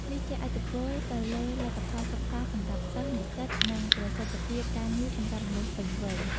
នេះជះឥទ្ធិពលទៅលើលទ្ធផលសិក្សាសម្រាប់សិស្ស-និស្សិត និងប្រសិទ្ធភាពការងារសម្រាប់មនុស្សពេញវ័យ។